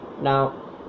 now